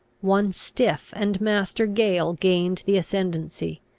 one stiff and master gale gained the ascendancy,